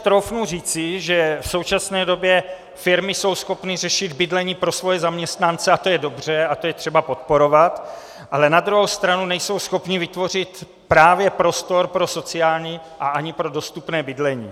Troufnu si však říci, že v současné době firmy jsou schopny řešit bydlení pro svoje zaměstnance, a to je dobře a to je třeba podporovat, ale na druhou stranu nejsou schopny vytvořit právě prostor pro sociální a ani pro dostupné bydlení.